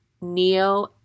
Neo